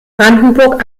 brandenburg